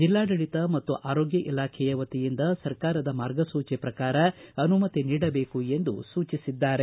ಜೆಲ್ಲಾಡಳತ ಮತ್ತು ಆರೋಗ್ಯ ಇಲಾಖೆಯ ವತಿಯಿಂದ ಸರ್ಕಾರದ ಮಾರ್ಗಸೂಚಿ ಪ್ರಕಾರ ಅನುಮತಿ ನೀಡಬೇಕು ಎಂದು ಸೂಚಿಸಿದ್ದಾರೆ